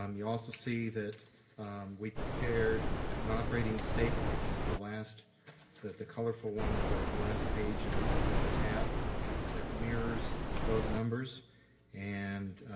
um you also see that we prepared an operating statement which is the last the colorful one at the the last page and in the tab that mirrors those numbers and